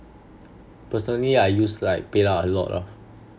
personally I use like paylah a lot lah